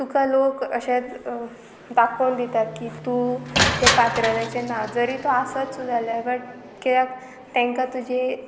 तुका लोक अशें दाखोवन दितात की तूं तें पात्राचें ना जरी तूं आसत चुल जालें बट किद्याक तांकां तुजें